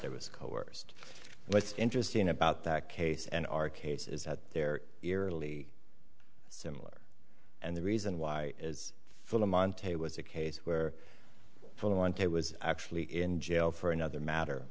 there was coerced what's interesting about that case and our case is that there eerily similar and the reason why is full of monte was a case where for want it was actually in jail for another matter